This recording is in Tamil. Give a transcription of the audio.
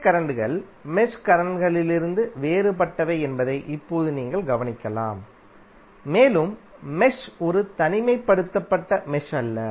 கிளை கரண்ட்கள் மெஷ் கரண்ட்களிலிருந்து வேறுபட்டவை என்பதை இப்போது நீங்கள் கவனிக்கலாம் மேலும் மெஷ் ஒரு தனிமைப்படுத்தப்பட்ட மெஷ் அல்ல